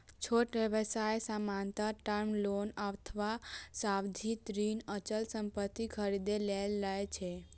छोट व्यवसाय सामान्यतः टर्म लोन अथवा सावधि ऋण अचल संपत्ति खरीदै लेल लए छै